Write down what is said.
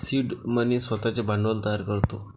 seed money स्वतःचे भांडवल तयार करतो